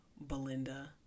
Belinda